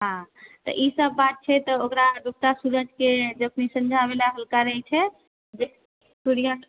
हँ त ई सब बात छै तऽ ओकरा डूबता सूरज के जखनी संध्या होइला हल्का रहै छै जे सूर्या